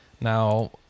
Now